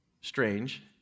strange